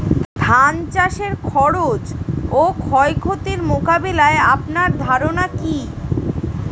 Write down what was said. ধান চাষের খরচ ও ক্ষয়ক্ষতি মোকাবিলায় আপনার ধারণা কী?